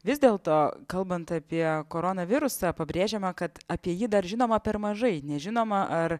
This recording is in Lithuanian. vis dėlto kalbant apie koronavirusą pabrėžiama kad apie jį dar žinoma per mažai nežinoma ar